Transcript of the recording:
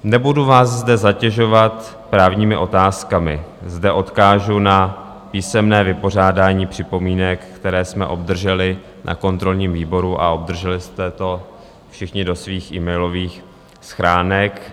Nebudu vás zde zatěžovat právními otázkami, zde odkážu na písemné vypořádání připomínek, které jsme obdrželi na kontrolním výboru a obdrželi jste to všichni do svých emailových schránek.